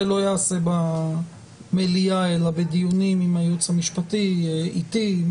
זה לא ייעשה במליאה אלא בדיונים עם הייעוץ המשפטי ואתי.